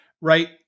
Right